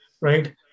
right